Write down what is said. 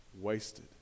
wasted